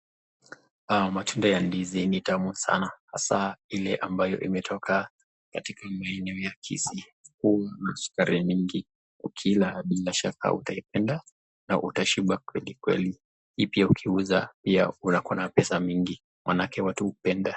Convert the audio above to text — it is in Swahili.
Matunda ya ndizi ni tamu sana hasa ile ambayo imetoka maeneo ya kisii huu ni starehe mingi ukila bila shaka utaenda na utashiba kweli kweli. Hii pia ukiuza kuna ppesa mingi manake watu hupenda.